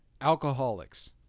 Alcoholics